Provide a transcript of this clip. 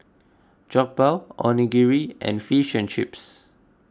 Jokbal Onigiri and Fish and Chips